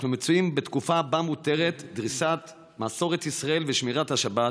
אנחנו מצויים בתקופה שבה מותרת דריסת מסורת ישראל ושמירת השבת,